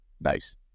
Nice